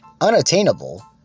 unattainable